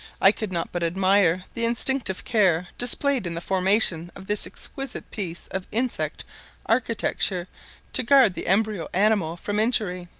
i could not but admire the instinctive care displayed in the formation of this exquisite piece of insect architecture to guard the embryo animal from injury,